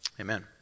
Amen